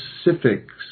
specifics